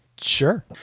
Sure